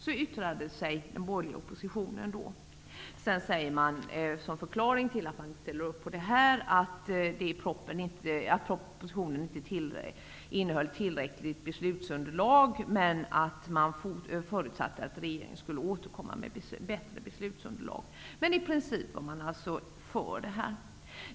Så yttrade sig den borgerliga oppositionen då. Sedan sade man som förklaring till att man inte ställde upp på det här, att propositionen inte innehöll ett tillräckligt beslutsunderlag men att man förutsatte att regeringen skulle återkomma med ett bättre sådant. I princip var man alltså för det här.